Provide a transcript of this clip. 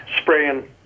spraying